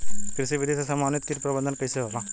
कृषि विधि से समन्वित कीट प्रबंधन कइसे होला?